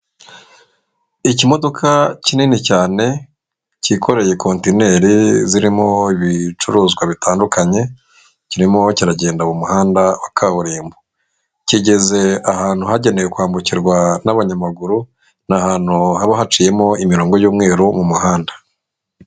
Ikimodoka kinini cyane, cyikoreye conteneri zirimo ibicuruzwa bitandukanye, kirimo kiragenda mu muhanda wa kaburimbo, kigeze ahantu hagenewe kwambukirwa n'abanyamaguru. Ni ahantu haba haciyemo imirongo y'umweru mu muhanda.